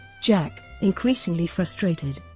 jack, increasingly frustrated,